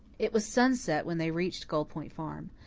it was sunset when they reached gull point farm.